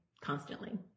constantly